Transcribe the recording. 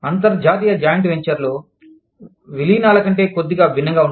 అంతర్జాతీయ జాయింట్ వెంచర్లు విలీనాల కంటే కొద్దిగా భిన్నంగా ఉంటాయి